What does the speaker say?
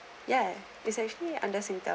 ya it's actually under singtel